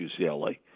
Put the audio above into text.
UCLA